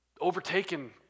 overtaken